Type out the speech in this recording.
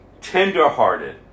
tenderhearted